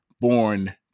born